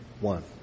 one